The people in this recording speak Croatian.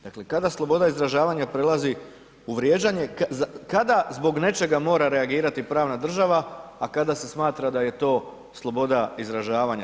Dakle, kada sloboda izražavanja prelazi u vrijeđanje, kada zbog nečega mora reagirati pravna država, a kada se smatra da je to sloboda izražavanja.